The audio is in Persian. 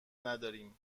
نداریم